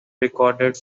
recorded